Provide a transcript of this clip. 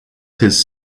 his